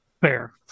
Fair